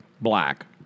Black